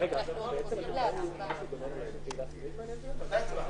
של הסברה